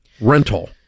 rental